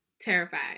terrified